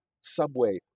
subway